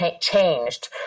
changed